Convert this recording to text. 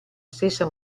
stessa